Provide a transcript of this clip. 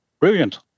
brilliant